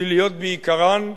שליליות בעיקרן,